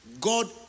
God